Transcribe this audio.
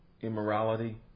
immorality